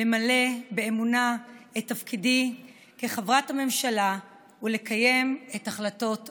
למלא באמונה את תפקידי כחברת הממשלה ולקיים את החלטות הכנסת.